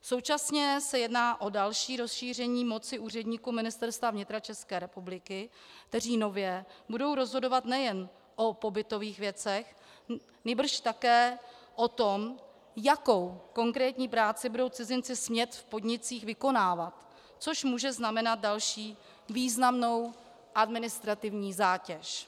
Současně se jedná o další rozšíření moci úředníků Ministerstva vnitra České republiky, kteří nově budou rozhodovat nejen o pobytových věcech, nýbrž také o tom, jakou konkrétní práci budou cizinci smět v podnicích vykonávat, což může znamenat další významnou administrativní zátěž.